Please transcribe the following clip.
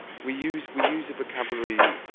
we use we use a vocabulary